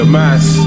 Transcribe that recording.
mass